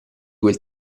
quel